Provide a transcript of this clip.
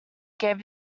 gave